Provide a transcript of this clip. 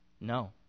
No